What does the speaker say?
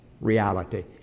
reality